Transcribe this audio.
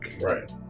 Right